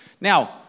Now